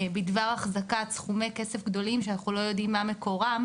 בדבר אחזקת סכומי כסף גדולים שאנחנו לא יודעים מה מקורם